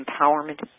empowerment